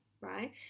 right